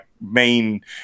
main